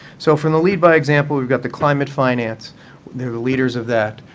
so from the lead-by-example, we've got the climate finance. they're the leaders of that.